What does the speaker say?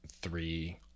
three